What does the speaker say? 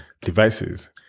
devices